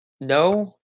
No